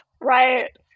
right